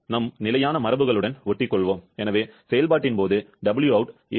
எங்கள் நிலையான மரபுகளுடன் ஒட்டிக்கொள்வோம் எனவே செயல்பாட்டின் போது Wout 8